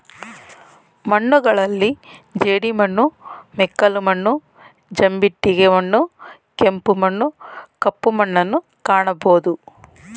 ಮಣ್ಣುಗಳಲ್ಲಿ ಜೇಡಿಮಣ್ಣು, ಮೆಕ್ಕಲು ಮಣ್ಣು, ಜಂಬಿಟ್ಟಿಗೆ ಮಣ್ಣು, ಕೆಂಪು ಮಣ್ಣು, ಕಪ್ಪು ಮಣ್ಣುನ್ನು ಕಾಣಬೋದು